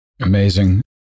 Amazing